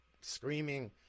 screaming